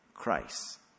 Christ